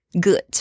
good